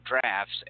drafts